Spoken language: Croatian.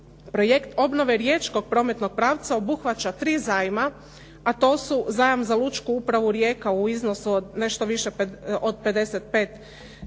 Projekt obnove Riječkog prometnog pravca obuhvaća tri zajma a to su zajam za lučku upravu Rijeka u iznosu nešto više od 55 milijuna